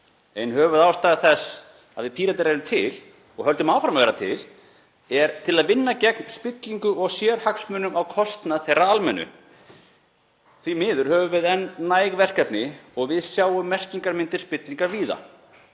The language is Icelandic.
Ein höfuðástæða þess að við Píratar erum til og höldum áfram að vera til er að vinna gegn spillingu og sérhagsmunum á kostnað þeirra almennu. Því miður höfum við enn næg verkefni og við sjáum birtingarmyndir spillingar víða.